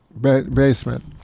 basement